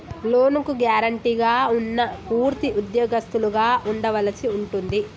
లోనుకి గ్యారెంటీగా ఉన్నా పూర్తి ఉద్యోగస్తులుగా ఉండవలసి ఉంటుంది